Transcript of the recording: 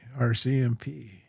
RCMP